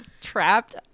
trapped